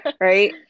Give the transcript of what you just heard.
right